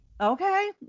Okay